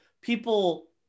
people